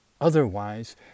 otherwise